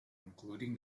including